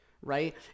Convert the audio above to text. right